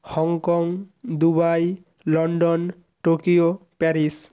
Hong Kong Dubai London Tokyo Paris